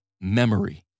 memory